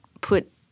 put